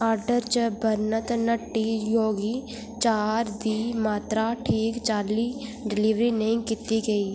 order च बर्णत नह्ट्टी योगी चार दी मात्तरा ठीक चाल्ली डिलीवर नेईं कीती गेई